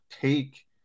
take